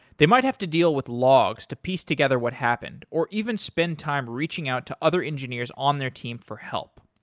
they might have to deal with logs to piece together what happened or even spend time reaching out to other engineers on their team for help.